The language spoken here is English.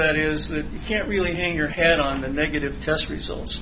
that is that you can't really hang your head on the negative test results